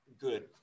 good